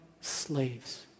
slaves